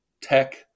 tech